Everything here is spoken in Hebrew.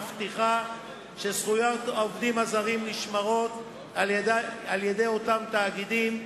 מבטיחה שזכויות העובדים הזרים נשמרות על-ידי אותם תאגידים,